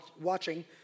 watching